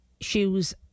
shoes